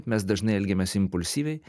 mes dažnai elgiamės impulsyviai